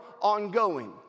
ongoing